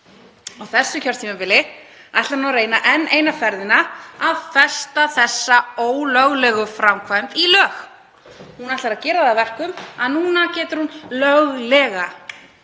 Á þessu kjörtímabili ætlar hún að reyna enn eina ferðina að festa þessa ólöglegu framkvæmd í lög. Hún ætlar að gera það að verkum að núna geti hún löglega